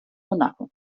monaco